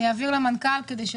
אעביר את רשות הדיבור למנכ"ל.